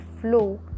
flow